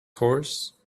horse